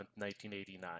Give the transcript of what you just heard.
1989